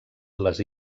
les